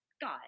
God